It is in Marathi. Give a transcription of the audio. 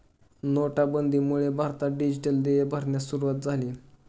नोटाबंदीमुळे भारतात डिजिटल देय भरण्यास सुरूवात झाली